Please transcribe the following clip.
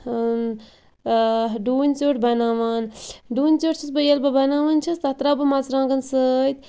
ڈوٗنۍ ژیوٚٹ بَناوان ڈوٗنۍ ژیوٚٹ چھَس بہٕ ییٚلہِ بہٕ بَناوان چھَس تتھ تراو بہٕ مَژرٕوانٛگَن سۭتۍ